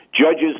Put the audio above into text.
Judges